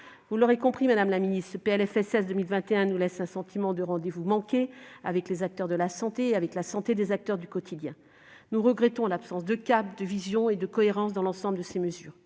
Vous l'aurez compris, madame la ministre, ce PLFSS 2021 nous laisse un sentiment de rendez-vous manqué avec les acteurs de la santé et avec la santé des acteurs du quotidien. Nous regrettons l'absence de cap, de vision, de cohérence dans l'ensemble de ces mesures.